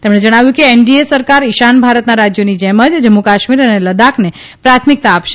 તેમણે જણાવ્યું કે એનડીએ સરકાર ઇશાન ભારતનાં રાજયોની જેમ જ જમ્મુકાશ્મીર અને લદ્દાખને પ્રાથમિકતા આપશે